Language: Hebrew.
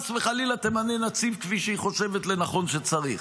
חס וחלילה, תמנה נציב כפי שהיא חושבת לנכון שצריך.